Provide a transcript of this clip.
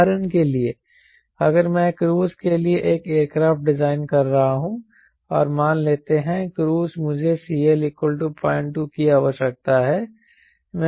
उदाहरण के लिए अगर मैं एक क्रूज के लिए एक एयरक्राफ्ट डिजाइन कर रहा हूं और मान लेते हैं क्रूज मुझे CL 02 की आवश्यकता है